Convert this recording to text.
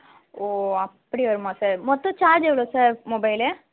ஓ அப்படி வருமா சார் மொத்தம் சார்ஜ் எவ்வளோ சார் மொபைலு